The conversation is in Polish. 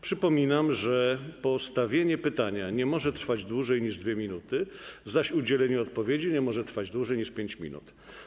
Przypominam, że postawienie pytania nie może trwać dłużej niż 2 minuty, zaś udzielenie odpowiedzi nie może trwać dłużej niż 5 minut.